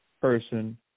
person